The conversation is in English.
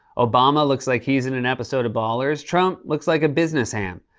obama looks like he's in an episode of ballers. trump looks like a business ham.